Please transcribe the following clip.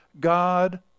God